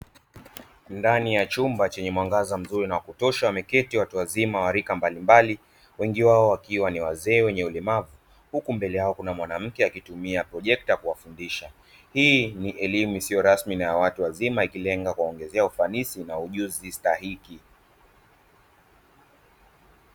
Ndani ya chumba chenye mwangaza mzuri na wakutosha wameketi watu wazima wa rika mbalimbali wengi wao wakiwa ni wazee wenye ulemavu, huku mbele yao kukiwa na mwanamke akitumia projekta kuwafundisha. Hii ni elimu isiyo rasmi na ya watu wazima ikilenga kuwaongezea ufanisi na ujuzi stahiki.